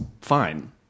fine